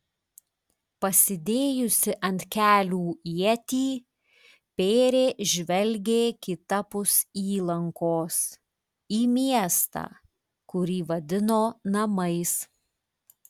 pasidėjusi ant kelių ietį pėrė žvelgė kitapus įlankos į miestą kurį vadino namais